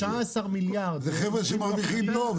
19 מיליארד --- זה חבר'ה שמרוויחים טוב,